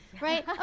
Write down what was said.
right